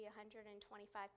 125